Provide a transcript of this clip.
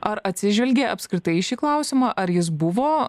ar atsižvelgė apskritai į šį klausimą ar jis buvo